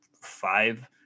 five